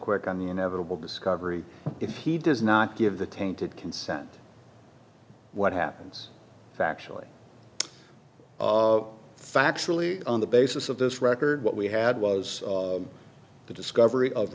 quick on the inevitable discovery if he does not give the tainted consent what happens if actually factually on the basis of this record what we had was the discovery of